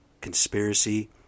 conspiracy